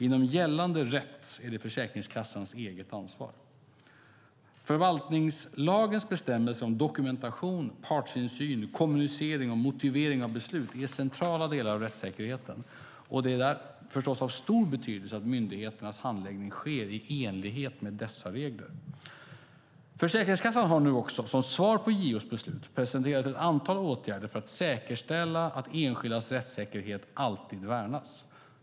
Inom gällande rätt är det Försäkringskassans eget ansvar. Förvaltningslagens bestämmelser om dokumentation, partsinsyn, kommunicering och motivering av beslut är centrala delar av rättssäkerheten, och det är förstås av stor betydelse att myndigheternas handläggning sker i enlighet med dessa regler. Försäkringskassan har nu också, som svar på JO:s beslut, presenterat ett antal åtgärder för att säkerställa att enskildas rättssäkerhet alltid värnas.